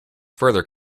further